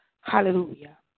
Hallelujah